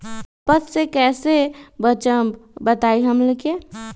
कपस से कईसे बचब बताई हमनी के?